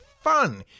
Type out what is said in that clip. fun